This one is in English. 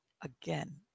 again